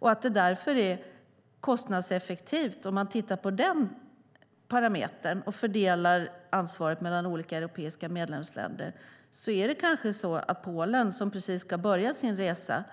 Det är därför kostnadseffektivt sett med den parametern att fördela ansvaret mellan olika europeiska medlemsländer. Det är kanske lättare för Polen, som precis ska börja sin resa,